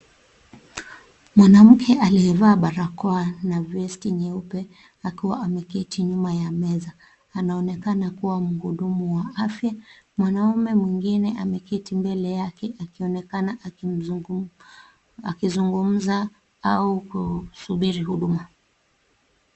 Mwanamke aliyevaa barakoa na vesti nyeupe akiwa ameketi nyuma ya meza. Anaonekana kuwa mhudumu wa afya. Mwanaume mwingine ameketi mbele yake akionekana akizungumza au kusubiri huduma.